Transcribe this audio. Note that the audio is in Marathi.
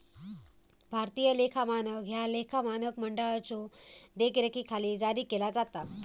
भारतीय लेखा मानक ह्या लेखा मानक मंडळाच्यो देखरेखीखाली जारी केला जाता